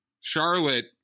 Charlotte